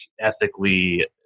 ethically